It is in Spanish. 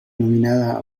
nominada